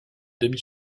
demi